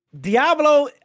diablo